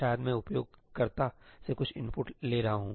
शायद मैं उपयोगकर्ता से कुछ इनपुट ले रहा हूं